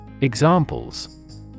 Examples